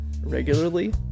regularly